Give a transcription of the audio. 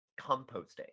composting